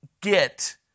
get